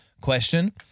question